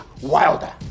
wilder